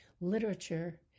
literature